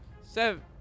Seven